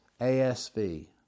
asv